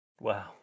Wow